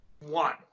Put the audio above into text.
One